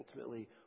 ultimately